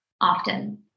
often